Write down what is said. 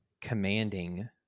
commanding